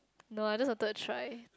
no I just wanted to try